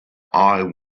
eye